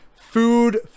food